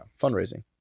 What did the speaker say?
Fundraising